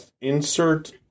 insert